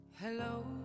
Hello